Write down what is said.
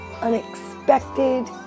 unexpected